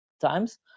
times